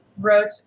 wrote